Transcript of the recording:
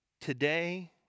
today